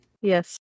Yes